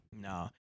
No